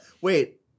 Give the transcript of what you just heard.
Wait